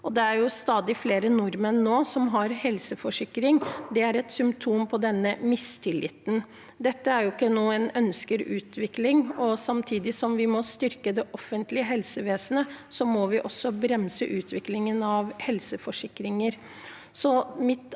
er det stadig flere nordmenn som har helseforsikring. Det er et symptom på denne mistilliten, og det er ikke en ønsket utvikling. Samtidig som vi må styrke det offentlige helsevesenet, må vi også bremse utviklingen av helseforsikringer.